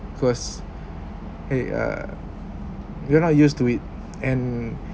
cause !hey! err you are not used to it and